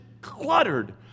cluttered